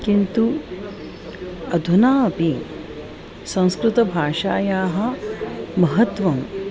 किन्तु अधुना अपि संस्कृतभाषायाः महत्त्वम्